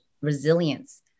resilience